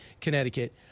Connecticut